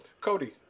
Cody